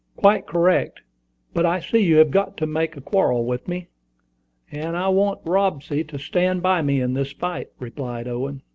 quite correct but i see you have got to make a quarrel with me and i want robsy to stand by me in this fight, replied owen.